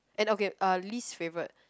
and okay uh least favourite